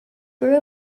grew